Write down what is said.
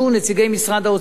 נציגי משרד האוצר,